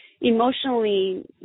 emotionally